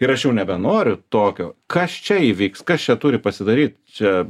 ir aš jau nebenoriu tokio kas čia įvyks kas čia turi pasidaryt čia